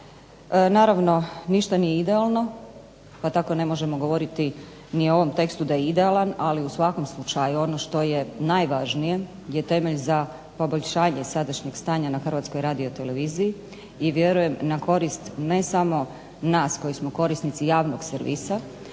Naravno, ništa nije idealno pa tako ne možemo govoriti ni o ovom tekstu da je idealan ali u svakom slučaju ono što je najvažnije je temelj za poboljšanje sadašnjeg stanja na Hrvatskoj radioteleviziji i vjerujem na korist ne samo nas koji smo korisnici javnog servisa